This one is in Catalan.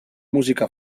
música